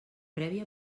prèvia